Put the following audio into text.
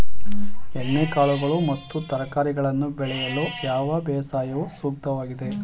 ಎಣ್ಣೆಕಾಳುಗಳು ಮತ್ತು ತರಕಾರಿಗಳನ್ನು ಬೆಳೆಯಲು ಯಾವ ಬೇಸಾಯವು ಸೂಕ್ತವಾಗಿದೆ?